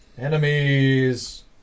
Enemies